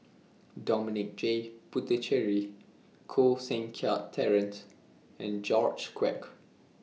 Dominic J Puthucheary Koh Seng Kiat Terence and George Quek